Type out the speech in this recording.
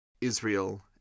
Israel